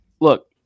look